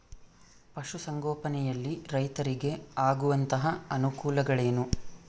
ಪಶುಸಂಗೋಪನೆಯಲ್ಲಿ ರೈತರಿಗೆ ಆಗುವಂತಹ ಅನುಕೂಲಗಳು?